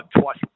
twice